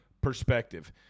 perspective